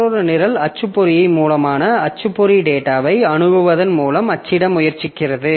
மற்றொரு நிரல் அச்சுப்பொறி மூலமான அச்சுப்பொறி டேட்டாவை அணுகுவதன் மூலம் அச்சிட முயற்சிக்கிறது